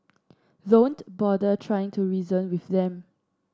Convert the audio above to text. don't bother trying to reason with them